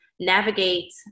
navigate